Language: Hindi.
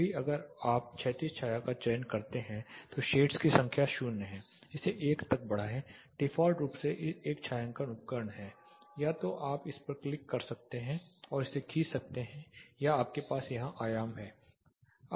अभी अगर आप क्षैतिज छाया का चयन करते हैं तो शेड्स की संख्या 0 है इसे 1 तक बढ़ाएं डिफ़ॉल्ट रूप से एक छायांकन उपकरण है या तो आप इस पर क्लिक कर सकते हैं और इसे खींच सकते हैं या आपके पास यहां आयाम है